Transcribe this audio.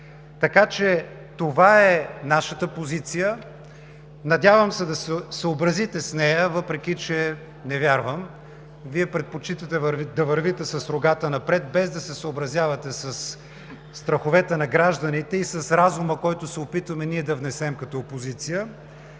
Това е нашата позиция. Надявам се да се съобразите с нея, въпреки че не вярвам. Вие предпочитате да вървите с рогата напред, без да се съобразявате със страховете на гражданите и с разума, който се опитваме ние да внесем като опозиция.